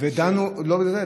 דנו, לא בזה.